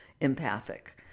empathic